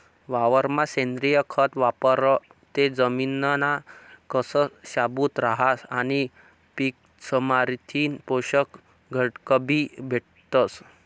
वावरमा सेंद्रिय खत वापरं ते जमिनना कस शाबूत रहास आणि पीकमझारथीन पोषक घटकबी भेटतस